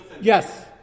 Yes